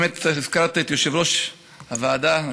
באמת הזכרת את יושב-ראש ועדת העבודה,